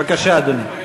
בבקשה, אדוני.